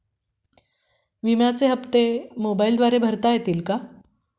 विम्याचे हप्ते मोबाइलद्वारे भरता येतील का?